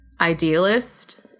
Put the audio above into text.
idealist